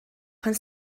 pan